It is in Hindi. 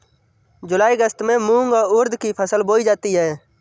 जूलाई अगस्त में मूंग और उर्द की फसल बोई जाती है